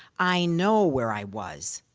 i know where i was.